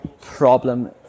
problem